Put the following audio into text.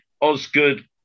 Osgood